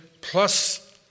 plus